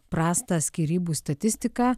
prastą skyrybų statistiką